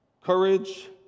courage